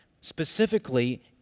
specifically